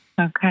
Okay